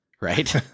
right